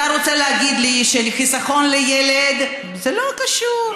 אתה רוצה להגיד לי שחיסכון לילד זה לא קשור?